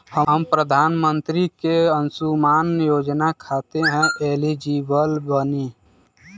हम प्रधानमंत्री के अंशुमान योजना खाते हैं एलिजिबल बनी?